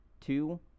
two